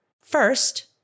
First